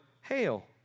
hail